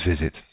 visit